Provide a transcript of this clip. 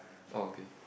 okay